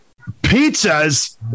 Pizzas